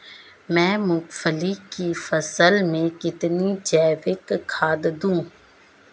मैं मूंगफली की फसल में कितनी जैविक खाद दूं?